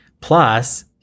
Plus